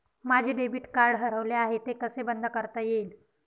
माझे debit card हरवले आहे ते कसे बंद करता येईल?